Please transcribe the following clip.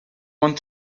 want